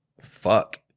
fuck